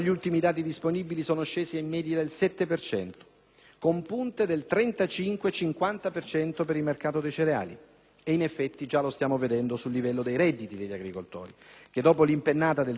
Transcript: con punte del 35-50 per cento per il mercato dei cereali. E in effetti, già lo stiamo vedendo sul livello dei redditi degli agricoltori, che dopo l'impennata del 2008 ovunque segnala un calo.